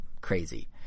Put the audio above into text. crazy